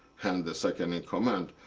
and the second in command.